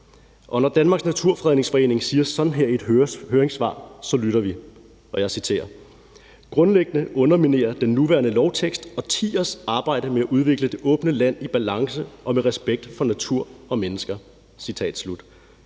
Og når Danmarks Naturfredningsforening siger sådan her i et høringssvar, lytter vi, og jeg citerer: »Grundlæggende underminerer den nuværende lovtekst årtiers arbejde med at udvikle det åbne land i balance og med respekt for natur og mennesker«.